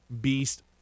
beast